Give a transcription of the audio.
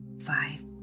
five